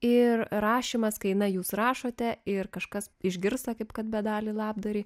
ir rašymas kaina jūs rašote ir kažkas išgirsta kaip kad bedalį labdarai